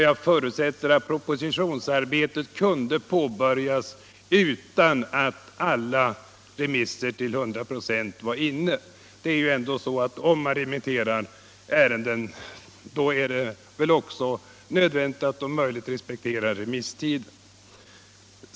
Jag förutsätter att propositionsarbetet kunde påbörjas utan att remissvaren var inne till 100 96. Om man remitterar ärenden, är det väl också nödvändigt att de som skall yttra sig om möjligt respekterar remisstiden.